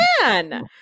man